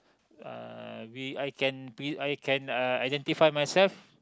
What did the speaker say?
uh we I can uh I can identify myself